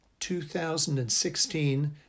2016